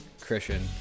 Christian